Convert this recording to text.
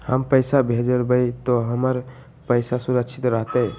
हम पैसा भेजबई तो हमर पैसा सुरक्षित रहतई?